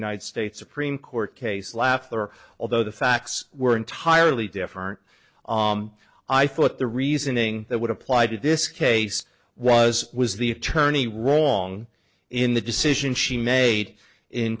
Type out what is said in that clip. united states supreme court case laughter although the facts were entirely different i thought the reasoning that would apply to this case was was the attorney wrong in the decision she made in